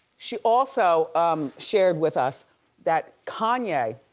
she also um shared with us that kanye,